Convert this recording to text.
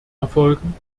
erfolgen